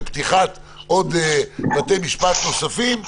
של פתיחת בתי משפט נוספים,